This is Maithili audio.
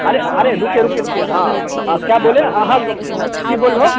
अरे अरे रुकिए रुकिए रुकिए हॅं आप क्या बोले हॅं की बोललहो